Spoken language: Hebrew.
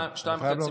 כישרון.